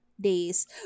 days